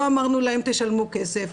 לא אמרנו להם 'תשלמו כסף',